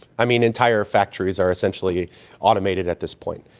i mean, entire factories are essentially automated at this point.